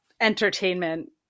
entertainment